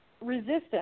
resistance